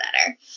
better